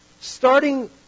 Starting